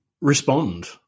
respond